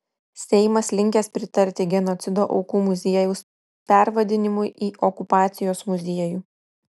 seimas linkęs pritarti genocido aukų muziejaus pervadinimui į okupacijos muziejų